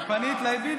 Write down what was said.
פנית, יש לך פה.